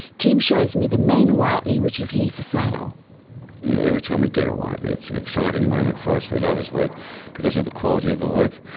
tim shows me the main whiteley which is here for sale. you know every time we get a whiteley it's an exciting moment for us. we love his work because of the quality of the work.